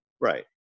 Right